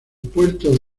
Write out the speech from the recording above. puerto